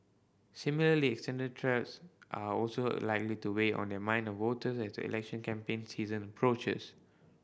similarly threats are also likely to weigh on the minds of voters as the election campaign season approaches